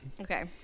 Okay